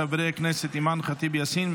של חברי הכנסת אימאן ח'טיב יאסין,